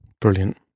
brilliant